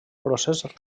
procés